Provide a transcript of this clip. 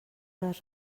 les